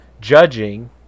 judging